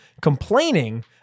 complaining